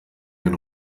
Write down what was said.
den